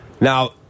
Now